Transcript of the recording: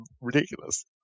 ridiculous